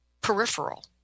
peripheral